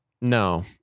No